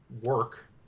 work